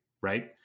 right